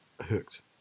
hooked